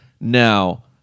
now